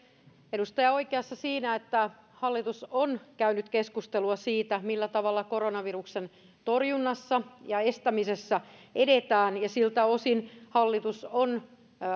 edustaja on oikeassa siinä että hallitus on käynyt keskustelua siitä millä tavalla koronaviruksen torjunnassa ja estämisessä edetään ja siltä osin hallitus on